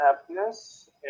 happiness